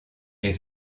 est